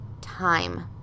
time